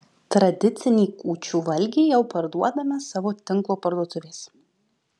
tradicinį kūčių valgį jau parduodame savo tinklo parduotuvėse